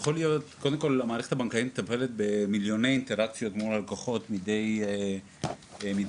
המערכת הבנקאית מטפלת במיליוני אינטראקציות מול הלקוחות מידי חודש.